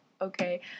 okay